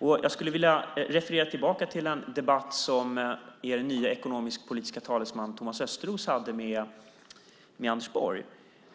Jag skulle vilja referera till en debatt som er nya ekonomisk-politiske talesman Thomas Östros hade med Anders Borg.